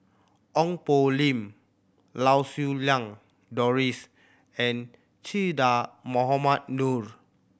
Ong Poh Lim Lau Siew Lang Doris and Che Dah Mohamed Noor